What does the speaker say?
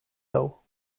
low